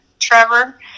trevor